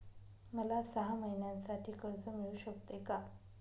मला सहा महिन्यांसाठी कर्ज मिळू शकते का?